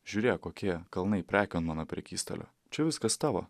žiūrėk kokie kalnai prekių ant mano prekystalio čia viskas tavo